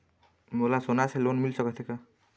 मोला सोना से लोन मिल सकत हे का?